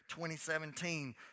2017